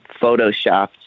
photoshopped